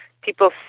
people